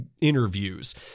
interviews